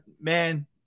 man